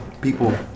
people